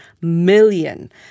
million